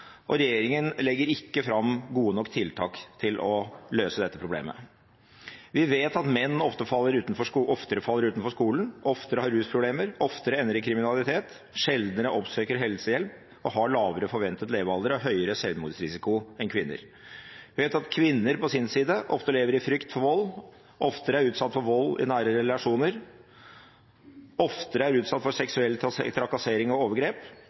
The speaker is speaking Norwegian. kjønnsdelt. Regjeringen legger ikke fram gode nok tiltak for å løse dette problemet. Vi vet at menn oftere faller utenfor skolen, oftere har rusproblemer, oftere ender i kriminalitet, sjeldnere oppsøker helsehjelp og har lavere forventet levealder og høyere selvmordsrisiko enn kvinner. Vi vet at kvinner på sin side oftere lever i frykt for vold, oftere er utsatt for vold i nære relasjoner, oftere er utsatt for seksuell trakassering og overgrep,